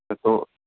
تو